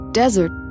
desert